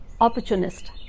opportunist